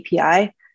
API